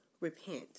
repent